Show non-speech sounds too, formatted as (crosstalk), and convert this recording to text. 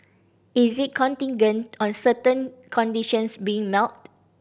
is it contingent on certain conditions being (unintelligible)